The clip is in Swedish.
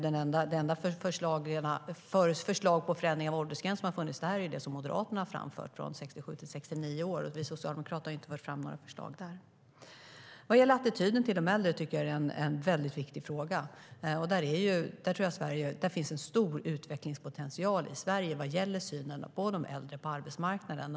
Det enda förslag på förändring av åldersgräns som funnits är det som Moderaterna framfört, det från 67 till 69 år. Vi socialdemokrater har inte fört fram några förslag där. Attityden till de äldre är en mycket viktig fråga. I Sverige finns stor utvecklingspotential vad gäller synen på äldre på arbetsmarknaden.